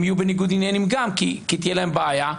יהיו בניגוד עניינים כי תהיה להם בעיה,